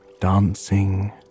dancing